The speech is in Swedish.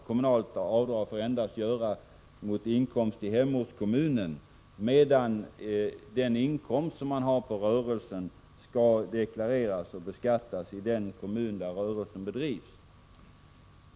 Kommunalt avdrag får göras endast mot inkomst i hemortskommunen, medan inkomsten på rörelsen skall deklareras och beskattas i den kommun där rörelsen bedrivs.